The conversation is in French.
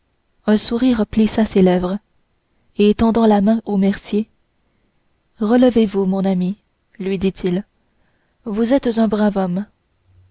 un sourire plissa ses lèvres et tendant la main au mercier relevez-vous mon ami lui dit-il vous êtes un brave homme